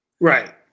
Right